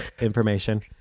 information